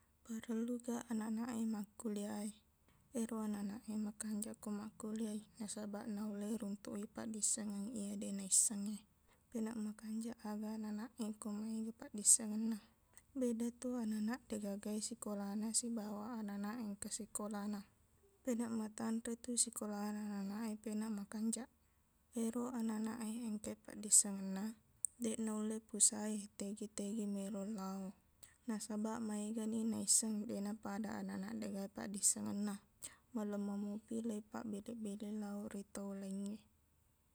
Parelluga ananak e makkuliah e ero ananak e makanjaq ko makkuliah i nasabaq naulle runtuk paddisengeng iye deq naissengnge peneq makanjaq aga ananak e ko maega paddisengenna bedatu ananak deqgaga sikolana sibawa ananak engka sikolana peneq matanretu sikolana ananak e peneq makanjaq ero ananak e engka e paddissengenna deq nulle pusae tegi-tegi meloq lao nasabaq maegani naisseng deq napada ananak deqga paddissengenna malemmamopi leipabbeleq-beleng lao ri tau laingnge